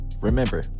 Remember